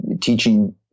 teaching